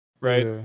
right